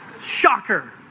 Shocker